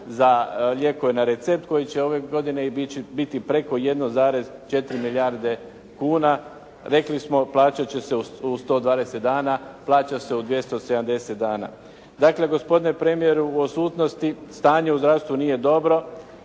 za lijekove na recept koji će ove godine biti preko 1,4 milijarde kuna. Rekli smo plaćat će se u 120 dana, plaća se u 270 dana. Dakle, gospodine premijeru u odsutnosti, stanje u zdravstvu nije dobro.